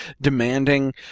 demanding